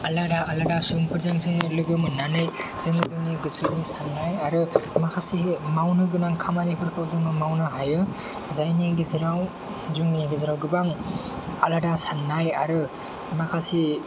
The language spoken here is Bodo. आलादा आलादा सुबुंफोरजों जोङो लोगो मोननानै जोङो जोंनि गोसोनि साननाय आरो माखासे मावनोगोनां खामानिफोरखौ जोङो मावनो हायो जायनि गेजेराव जोंनि गेजेराव गोबां आलादा साननाय आरो माखासे